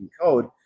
code